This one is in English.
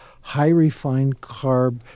high-refined-carb